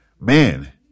man